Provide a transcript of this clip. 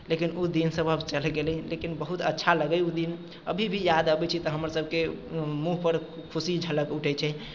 लेकिन ओ दिनसभ अब चलि गेलै लेकिन बहुत अच्छा लगै ओ दिन अभी भी याद अबैत छै तऽ हमरसभके मुँहपर खुशी झलकि उठैत छै